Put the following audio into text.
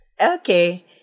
Okay